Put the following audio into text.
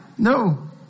No